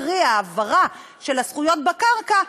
קרי ההעברה של הזכויות בקרקע,